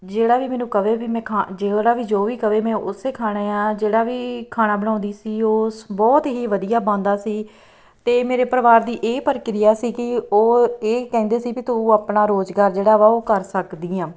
ਜਿਹੜਾ ਵੀ ਮੈਨੂੰ ਕਵੇ ਵੀ ਮੈਂ ਖਾ ਜਿਹੜਾ ਵੀ ਜੋ ਵੀ ਕਵੇ ਮੈਂ ਉਸੇ ਖਾਣਾ ਆ ਜਿਹੜਾ ਵੀ ਖਾਣਾ ਬਣਾਉਂਦੀ ਸੀ ਉਹ ਸ ਬਹੁਤ ਹੀ ਵਧੀਆ ਬਣਦਾ ਸੀ ਅਤੇ ਮੇਰੇ ਪਰਿਵਾਰ ਦੀ ਇਹ ਪ੍ਰਕਿਰਿਆ ਸੀ ਕਿ ਉਹ ਇਹ ਕਹਿੰਦੇ ਸੀ ਵੀ ਤੂੰ ਆਪਣਾ ਰੁਜ਼ਗਾਰ ਜਿਹੜਾ ਵਾ ਉਹ ਕਰ ਸਕਦੀ ਹਾਂ